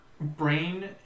brain